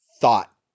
thought